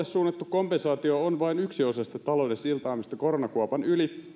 suunnattu kompensaatio on vain yksi osa sitä talouden siltaamista koronakuopan yli